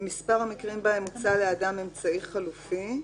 מספר המקרים בהם הוצע לאדם אמצעי חלופי,